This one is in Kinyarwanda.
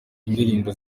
indirimbo